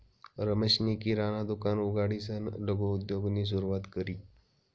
रमेशनी किराणा दुकान उघडीसन लघु उद्योगनी सुरुवात करी